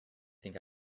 think